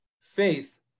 faith